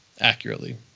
accurately